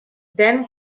then